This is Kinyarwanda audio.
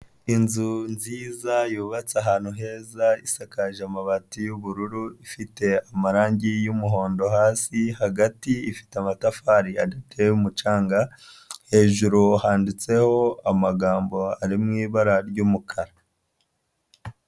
Inzu nziza yubatse ahantu heza isakaje amabati y'ubururu, ifite amarange y'umuhondo hasi, hagati ifite amatafari adateye umucanga, hejuru handitseho amagambo ari mu ibara ry'umukara.